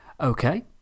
Okay